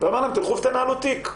והיה אומר להם: תלכו ותנהלו תיק.